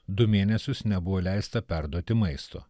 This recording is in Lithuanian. du mėnesius nebuvo leista perduoti maisto